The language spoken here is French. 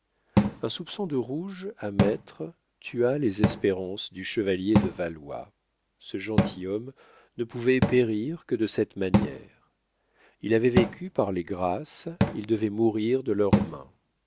un soupçon de rouge à mettre tua les espérances du chevalier de valois ce gentilhomme ne pouvait périr que de cette manière il avait vécu par les grâces il devait mourir de leur main